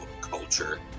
culture